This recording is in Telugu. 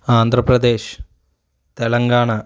ఆంధ్రప్రదేశ్ తెలంగాణ